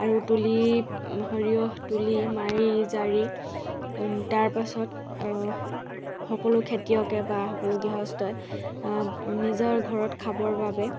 আৰু তুলি সৰিয়হ তুলি মাৰি জাৰি তাৰপাছত সকলো খেতিয়কে বা সকলো গৃহস্থই নিজৰ ঘৰত খাবৰ বাবে